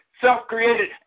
self-created